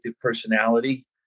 personality